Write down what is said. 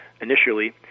initially